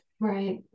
Right